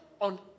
on